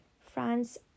France